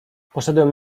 poszedłem